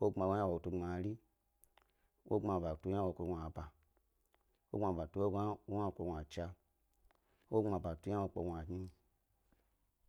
Wogbma ynawo tu gbmari, wogbma bat u ynawo tu gnu aba, wogbma bat u ynawo tu gnuchna, wogbma bat u ynawo tu gnunyi,